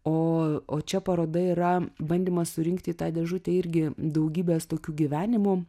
o o čia paroda yra bandymas surinkt į tą dėžutę irgi daugybės tokių gyvenimų